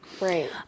right